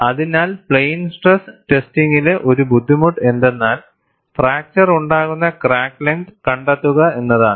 അതിനാൽ plain stress ടെസ്റ്റിംഗിലെ ഒരു ബുദ്ധിമുട്ട് എന്തെന്നാൽ ഫ്രാക്ചർ ഉണ്ടാകുന്ന ക്രാക്ക് ലെങ്ത് കണ്ടെത്തുക എന്നതാണ്